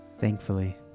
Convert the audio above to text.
Thankfully